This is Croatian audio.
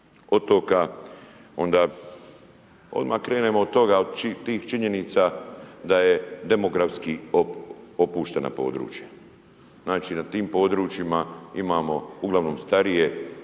odmah krenemo od tih činjenica da je demografski opušteno područje. Znači nad tim područjima imamo uglavnom starije